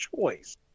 choice